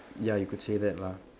ya you could say that lah